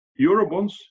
Eurobonds